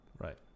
Right